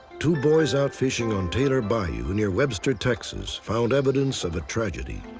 two boys out fishing on taylor bayou near webster, texas found evidence of a tragedy.